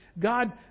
God